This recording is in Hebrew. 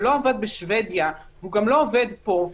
שלא עבד בשבדיה והוא גם לא עובד פה,